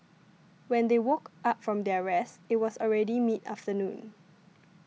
when they woke up from their rest it was already mid afternoon